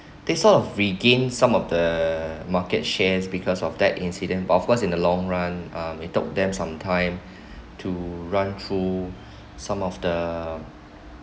they sort of regained some of the market shares because of that incident of course in the long run uh may take them some time to run through some of the